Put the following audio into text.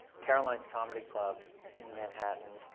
caroline's comedy club in manhattan,